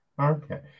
Okay